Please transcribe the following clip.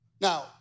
Now